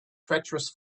treacherous